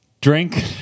drink